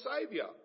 Saviour